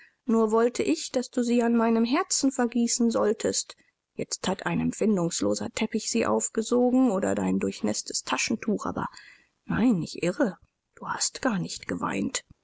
nur wollte ich daß du sie an meinem herzen vergießen solltest jetzt hat ein empfindungsloser teppich sie aufgesogen oder dein durchnäßtes taschentuch aber nein ich irre du hast gar nicht geweint